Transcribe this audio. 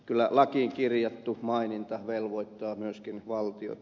kyllä lakiin kirjattu maininta velvoittaa myöskin valtiota